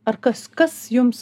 ar kas kas jums